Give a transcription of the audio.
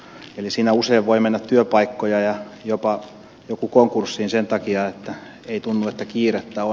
eli siinä usein voi mennä työpaikkoja ja jopa joku konkurssiin sen takia että ei tunnu että kiirettä on